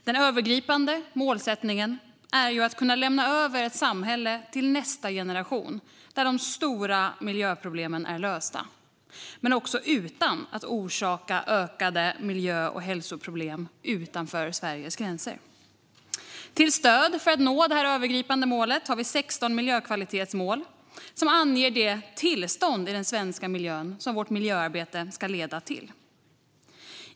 Den övergripande målsättningen är att kunna lämna över ett samhälle till nästa generation där de stora miljöproblemen är lösta utan att orsaka ökade miljö och hälsoproblem utanför Sveriges gränser. Till stöd för att nå det övergripande målet har vi 16 miljökvalitetsmål, som anger det tillstånd i den svenska miljön som vårt miljöarbete ska leda till.